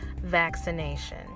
vaccination